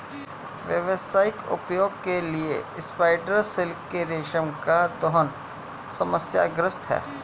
व्यावसायिक उपयोग के लिए स्पाइडर सिल्क के रेशम का दोहन समस्याग्रस्त है